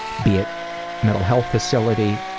be it mental health facility,